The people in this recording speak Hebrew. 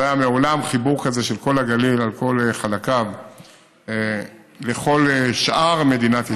לא היה מעולם חיבור כזה של כל הגליל על כל חלקיו לכל שאר מדינת ישראל,